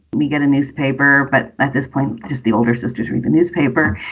we get a newspaper. but at this point is the older sisters read the newspaper